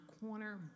corner